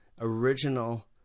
original